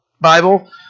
Bible